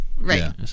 right